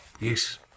Yes